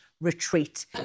retreat